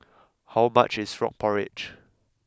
how much is Frog Porridge